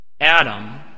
Adam